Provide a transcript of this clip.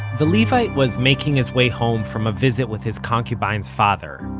the levite was making his way home from a visit with his concubine's father,